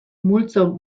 multzo